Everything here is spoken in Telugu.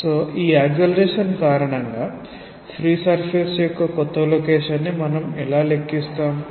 కాబట్టి ఈ యాక్సెలేరేషన్ కారణంగా ఫ్రీ సర్ఫేస్ యొక్క క్రొత్త లొకేషన్ ని మనం ఎలా లెక్కిస్తాము